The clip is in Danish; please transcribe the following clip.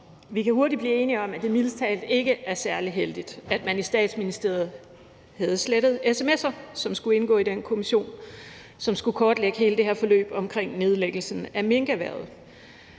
Vi kan hurtigt blive enige om, at det mildest talt ikke er særlig heldigt, at man i Statsministeriet havde slettet sms'er, som skulle indgå i arbejdet i den kommission, som skulle kortlægge hele det her forløb omkring nedlæggelsen af minkerhvervet.